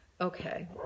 Okay